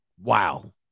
Wow